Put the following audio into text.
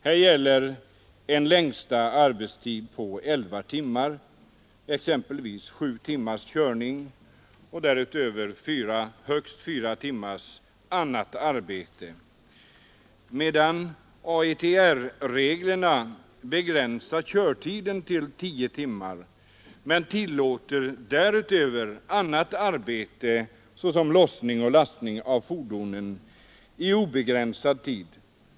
Här gäller en längsta arbetstid på 11 timmar, exempelvis 7 timmars körning och därutöver högst 4 timmars annat arbete. AETR-reglerna begränsar körtiden till 10 timmar men tillåter därutöver annat arbete såsom lossning och lastning av fordonen under obegränsad tid.